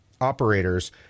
operators